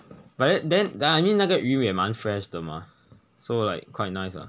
but it then I mean 那个鱼尾蛮 fresh 的 mah so like quite nice lah